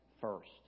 first